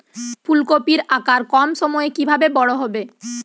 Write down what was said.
ফুলকপির আকার কম সময়ে কিভাবে বড় হবে?